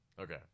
Okay